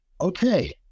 okay